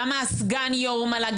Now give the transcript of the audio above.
למה סגן היו"ר מל"ג,